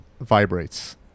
vibrates